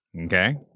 Okay